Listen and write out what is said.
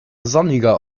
sonniger